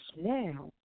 now